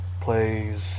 plays